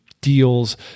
deals